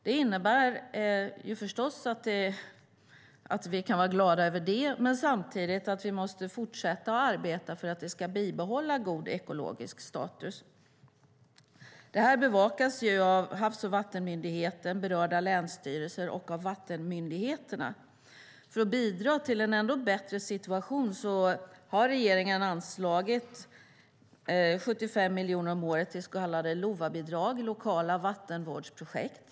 Det innebär att vi förstås kan vara glada över det men att vi samtidigt måste fortsätta att arbeta för att Vättern ska bibehålla en god ekologisk status. Detta bevakas av Havs och vattenmyndigheten, berörda länsstyrelser och vattenmyndigheterna. För att bidra till en ännu bättre situation har regeringen anslagit 75 miljoner om året till så kallade LOVA-bidrag - lokala vattenvårdsprojekt.